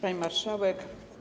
Pani Marszałek!